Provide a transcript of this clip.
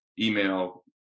email